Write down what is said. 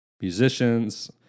musicians